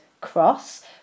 cross